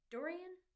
Dorian